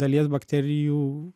dalies bakterijų